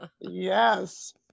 Yes